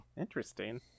Interesting